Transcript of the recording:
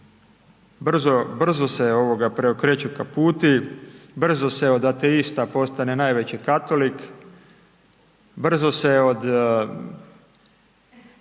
Brzo se preokreću kaputi, brzo se od ateista postane najveći katolik, brzo se od